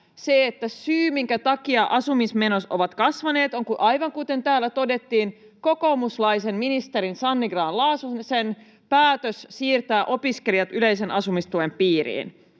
se, että syy, minkä takia asumismenot ovat kasvaneet, on, aivan kuten täällä todettiin, kokoomuslaisen ministerin Sanni Grahn-Laasosen päätös siirtää opiskelijat yleisen asumistuen piiriin.